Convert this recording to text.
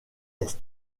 est